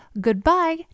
goodbye